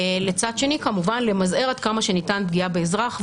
לצד שני כמובן למזער עד כמה שניתן פגיעה באזרח,